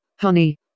Honey